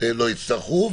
לא יצטרכו,